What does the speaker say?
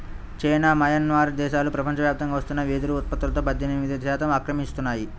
China, Myanmar దేశాలు ప్రపంచవ్యాప్తంగా వస్తున్న వెదురు ఉత్పత్తులో పద్దెనిమిది శాతం ఆక్రమిస్తున్నాయి